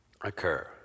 occur